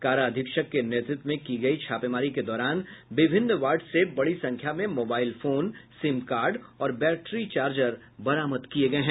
कारा अधीक्षक के नेतृत्व में की गयी छापेमारी के दौरान विभिन्न वार्ड से बड़ी संख्या में मोबाइल फोन सिम कार्ड और बैट्री चार्जर बरामद किये गये हैं